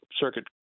Circuit